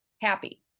Happy